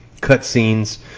cutscenes